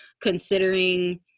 Considering